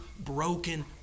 broken